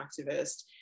activist